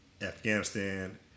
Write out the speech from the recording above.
Afghanistan